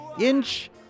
inch